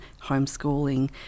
homeschooling